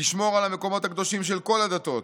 תשמור על המקומות הקדושים של כל הדתות,